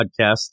podcast